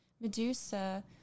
Medusa